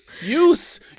Use